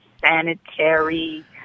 sanitary